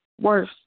worse